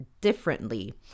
differently